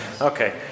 okay